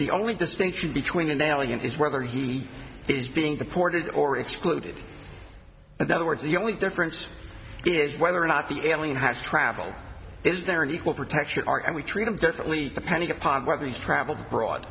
the only distinction between an alien is whether he is being deported or excluded another word the only difference is whether or not the alien has travel is there an equal protection are and we treat him differently depending upon whether he's traveled abroad